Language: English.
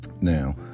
Now